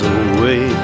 away